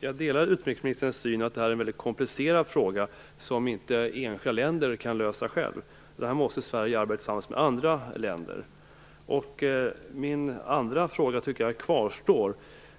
Fru talman! Jag delar utrikesministerns syn att detta är en mycket komplicerad fråga som inte enskilda länder kan lösa själva. Där måste Sverige arbeta tillsammans med andra länder. Min andra fråga kvarstår: